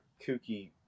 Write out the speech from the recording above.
kooky